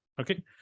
Okay